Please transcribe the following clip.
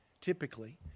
typically